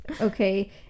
Okay